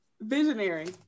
visionary